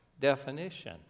definition